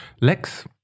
Lex